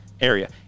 area